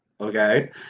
okay